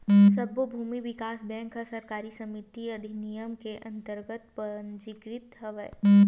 सब्बो भूमि बिकास बेंक ह सहकारी समिति अधिनियम के अंतरगत पंजीकृत हवय